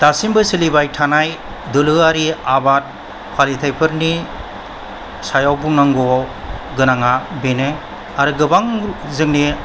दासिमबो सोलिबाय थानाय दोरोङारि आबाद फालिथाइफोरनि सायाव बुंनांगौ गोनाङा बेनो आरो गोबां जोंनि